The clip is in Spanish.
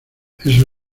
eso